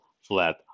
flat